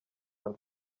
ane